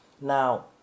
Now